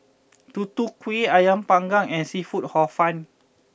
Tutu Kueh Ayam Panggang and Seafood Hor Fun